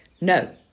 No